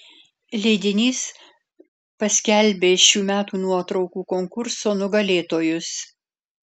leidinys paskelbė šių metų nuotraukų konkurso nugalėtojus